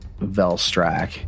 Velstrak